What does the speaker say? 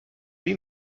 lui